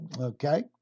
okay